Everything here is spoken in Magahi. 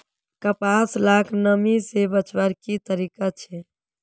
कपास लाक नमी से बचवार की तरीका छे?